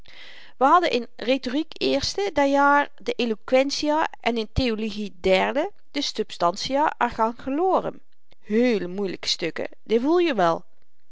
we hadden in rhetoriek eerste dat jaar de eloquentiâ en in theologie derde de substantiâ archangelorum heele moeielyke stukken dit voel je wel